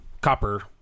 copper